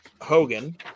Hogan